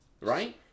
right